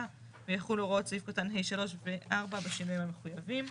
ויחולו הוראות סעיף קטן (ה)(3) ו-(4) בשינויים המחויבים.